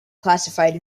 classified